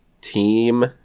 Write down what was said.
team